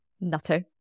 Nutter